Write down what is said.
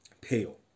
pale